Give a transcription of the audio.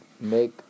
make